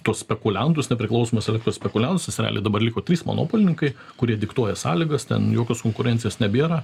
tuos spekuliantus nepriklausomus elektros spekuliantus nes realiai dabar liko trys monopolininkai kurie diktuoja sąlygas ten jokios konkurencijos nebėra